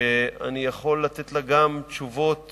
שאני יכול לתת עליה גם תשובות